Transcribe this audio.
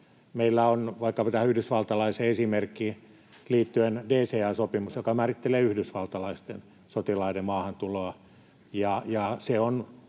Meillä on vaikkapa tähän yhdysvaltalaiseen esimerkkiin liittyen DCA-sopimus, joka määrittelee yhdysvaltalaisten sotilaiden maahantuloa.